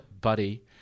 buddy